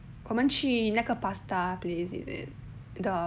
我们去那个 pasta place is it the